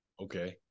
Okay